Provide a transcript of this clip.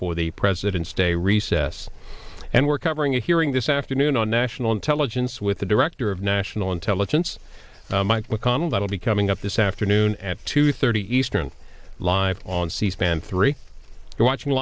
for the presidents day recess and we're covering a hearing this afternoon on national intelligence with the director of national intelligence mike mcconnell that'll be coming up this afternoon at two thirty eastern live on c span three you're watching